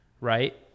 right